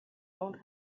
old